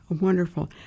Wonderful